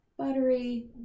Buttery